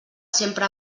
sempre